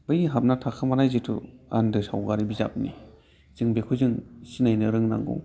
बै हाबना थाखोमानाय आन्दो सावगारि बिजाबनि जों बेखौ जों सिनायनो रोंनांगौ